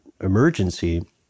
emergency